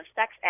sex